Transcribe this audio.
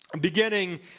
beginning